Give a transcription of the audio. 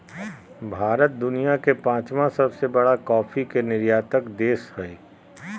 भारत दुनिया के पांचवां सबसे बड़ा कॉफ़ी के निर्यातक देश हइ